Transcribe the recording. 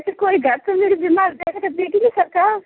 जैसे कोई घर से मेरे बीमार हो जाएगा तो देगी ना सरकार